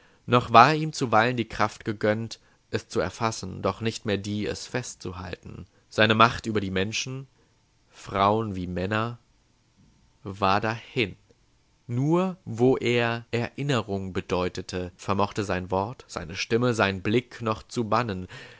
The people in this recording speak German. noch war ihm zuweilen die kraft gegönnt es zu erfassen doch nicht mehr die es festzuhalten seine macht über die menschen frauen wie männer war dahin nur wo er erinnerung bedeutete vermochte sein wort seine stimme sein blick noch zu bannen